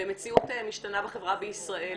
במציאות משתנה בחברה בישראל,